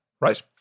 right